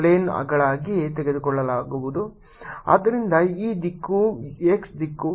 ಆದ್ದರಿಂದ ಈ ದಿಕ್ಕು x ದಿಕ್ಕು